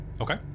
Okay